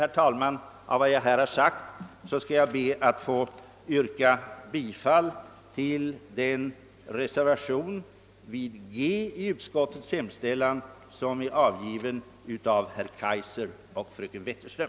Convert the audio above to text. Med stöd av vad jag nu anfört ber jag att få yrka bifall till reservationen 4 vid G i utskottets hemställan av herr Kaijser och fröken Wetterström.